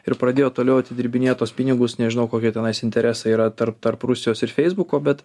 ir pradėjo toliau atidirbinėt tuos pinigus nežinau kokie tenais interesai yra tarp tarp rusijos ir feisbuko bet